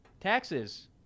Taxes